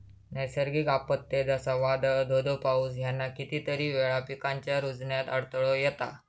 नैसर्गिक आपत्ते, जसा वादाळ, धो धो पाऊस ह्याना कितीतरी वेळा पिकांच्या रूजण्यात अडथळो येता